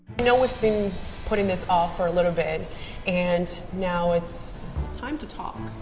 know we've been putting this off for a little bit and now it's time to talk.